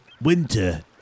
Winter